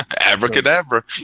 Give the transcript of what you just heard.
Abracadabra